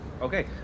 Okay